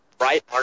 right